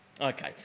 okay